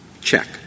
check